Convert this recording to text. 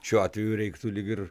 šiuo atveju reiktų lyg ir